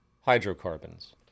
hydrocarbons